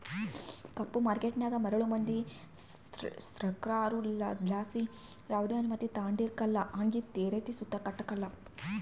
ಕಪ್ಪು ಮಾರ್ಕೇಟನಾಗ ಮರುಳು ಮಂದಿ ಸೃಕಾರುದ್ಲಾಸಿ ಯಾವ್ದೆ ಅನುಮತಿ ತಾಂಡಿರಕಲ್ಲ ಹಂಗೆ ತೆರಿಗೆ ಸುತ ಕಟ್ಟಕಲ್ಲ